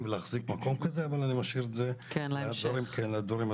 ולהחזיק מקום כזה אבל אני משאיר את זה לדברים הטכניים,